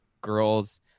girls